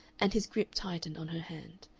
and his grip tightened on her hand.